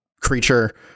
creature